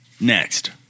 Next